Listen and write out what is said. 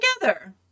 together